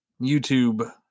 YouTube